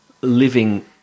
living